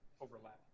overlap